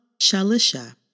Shalisha